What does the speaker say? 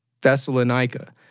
Thessalonica